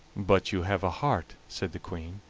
but you have a heart, said the queen.